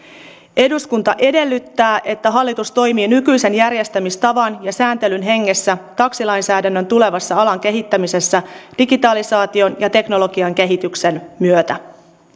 eduskunta edellyttää että hallitus toimii nykyisen järjestämistavan ja sääntelyn hengessä taksilainsäädännön tulevassa alan kehittämisessä digitalisaation ja teknologian kehityksen myötä